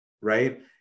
right